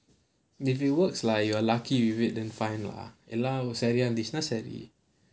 if it works lah you are lucky with it then fine lah எல்லாம் சரியான:ellaam sariyaana business savvy